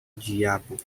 diabo